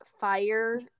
fire